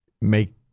make